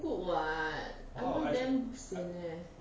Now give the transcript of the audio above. good [what] I mean damn sian eh